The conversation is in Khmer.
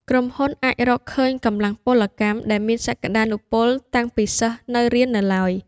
ក្រុមហ៊ុនអាចរកឃើញកម្លាំងពលកម្មដែលមានសក្តានុពលតាំងពីសិស្សនៅរៀននៅឡើយ។